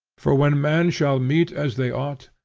for when men shall meet as they ought,